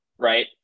Right